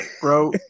bro